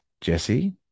Jesse